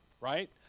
right